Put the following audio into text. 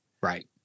Right